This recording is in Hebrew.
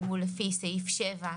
לפי סעיף 7,